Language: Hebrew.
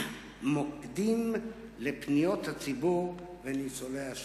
מוקדים לפניות הציבור וניצולי השואה.